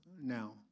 Now